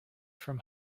from